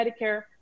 medicare